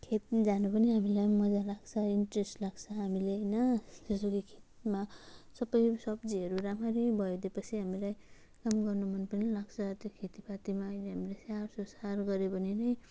खेतमा जानु पनि हामीलाई मजा लाग्छ इन्टरेस्ट लाग्छ हामीले होइन जस्तो कि खेतमा सबै सब्जीहरू राम्ररी भएपछि हामीलाई काम गर्नु मन पनि लाग्छ त्यो खेतीपातीमा अहिले हामीले स्याहारसुसार गर्यौँ भने नि